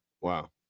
Wow